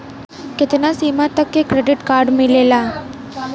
कितना सीमा तक के क्रेडिट कार्ड मिलेला?